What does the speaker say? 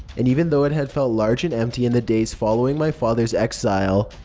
and even though it had felt large and empty in the days following my father's exile,